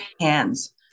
hands